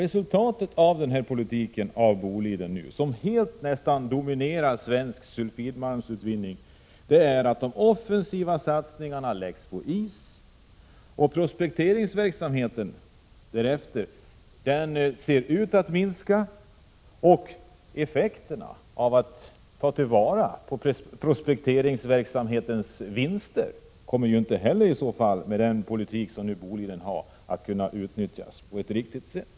Resultatet av den av Boliden förda politiken — Boliden dominerar ju nästan helt den svenska marknaden när det gäller sulfidmalmsutvinning — är att arbetet med de offensiva satsningarna läggs på is och att prospekteringsverksamheten ser ut att minska. Dessutom kommer vinsterna av prospekteringsverksamheten, till följd av den politik som Boliden nu för, inte att kunna tas till vara på ett riktigt sätt.